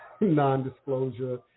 non-disclosure